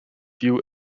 view